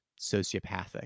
sociopathic